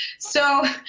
so,